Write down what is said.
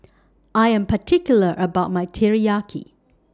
I Am particular about My Teriyaki